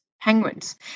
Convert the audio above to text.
penguins